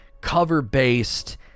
cover-based